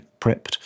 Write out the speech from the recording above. prepped